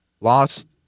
Lost